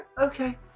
Okay